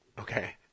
Okay